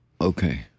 Okay